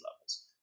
levels